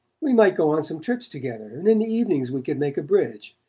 we might go on some trips together and in the evenings we could make a bridge.